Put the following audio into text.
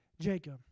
Jacob